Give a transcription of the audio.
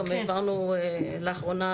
העברנו לאחרונה